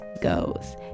Goes